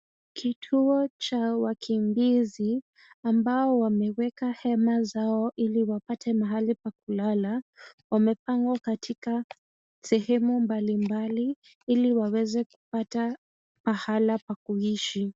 Kituo cha wakimbizi ambao wameweka hema zao, ili wapate mahali pa kulala, wamepangwa katika sehemu mbalimbali ili waweza kupata pahala pa kuishi.